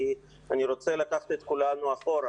אני רוצה לקחת את כולנו אחורה,